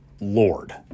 lord